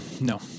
No